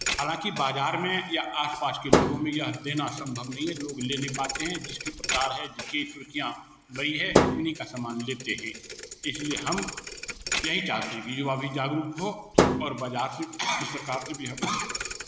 हालाँकि बाज़ार में या आसपास के लोगों में यह देना संभव नहीं है लोग ले नहीं पाते हैं जिसकी प्रचार है जिसकी सूचियाँ बड़ी है उन्हीं का सामान लेते हैं इसलिए हम यही चाहते हैं कि युवा भी जागरुक हो और बाज़ार से सरकार की भी